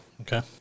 okay